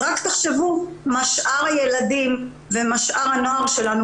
רק תחשבו מה שאר הילדים ומה שאר הנוער שלנו